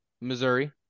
Missouri